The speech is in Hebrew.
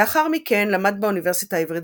לאחר מכן למד באוניברסיטה העברית